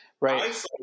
Right